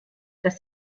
dass